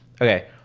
Okay